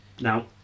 Now